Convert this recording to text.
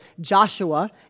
Joshua